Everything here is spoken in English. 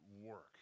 work